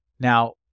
now